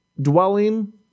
dwelling